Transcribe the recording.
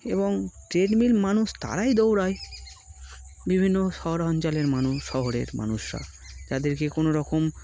এবং ট্রেডমিল মানুষ তারাই দৌড়ায় বিভিন্ন শহরা অঞ্চলের মানুষ শহরের মানুষরা যাদেরকে কোনো রকম